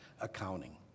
accounting